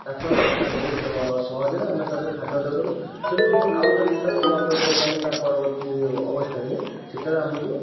ତାକୁ ଆମେ ବହୁତ ସହଜରେ ଆମେ ତା'ଦେହରେ ଖାଦ୍ୟ ଅର୍ଡ଼ର କରୁ ସେମିତି ଆଉଥରେ ମୁଁ ଯେତେବେଳେ ଅର୍ଡ଼ର କରିବାକୁ ଚାହିଁବି ତା' ପରବର୍ତ୍ତୀ ଅବସ୍ଥାରେ ସେତେବେଳେ ଆମକୁ